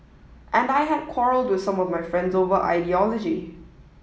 and I had quarrelled with some of my friends over ideology